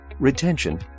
retention